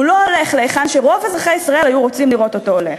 הוא לא הולך להיכן שרוב אזרחי ישראל היו רוצים לראות אותו הולך.